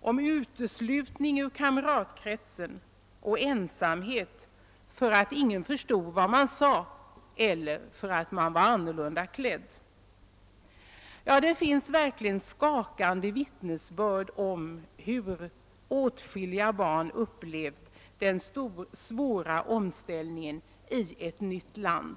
om uteslutning ur kamratkretsen och ensamhet för att ingen förstod vad man sade eller för att man var annorlunda klädd. Där finns verkligen skakande vittnesbörd om hur åtskilliga barn upplevt den svåra omställningen i ett nytt land.